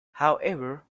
however